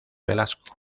velasco